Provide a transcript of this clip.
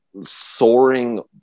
soaring